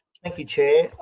thank you, chair.